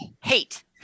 hate